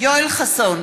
יואל חסון,